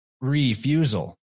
refusal